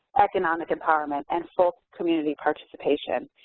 economic empowerment and full community participation.